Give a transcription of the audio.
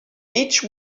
each